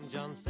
John